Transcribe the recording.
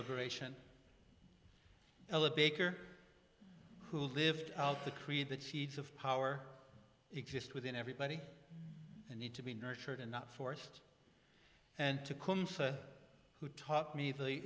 liberation ella baker who lived out the creed that seeds of power exist within everybody and need to be nurtured and not forced and who taught me the